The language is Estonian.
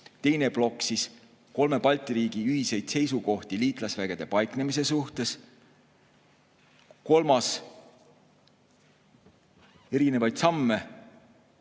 teine plokk kolme Balti riigi ühiseid seisukohti liitlasvägede paiknemise suhtes, kolmas plokk erinevaid samme,